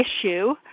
issue